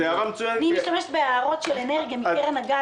אני משתמשת בידע שלי מן האנרגיה, מקרן הגז.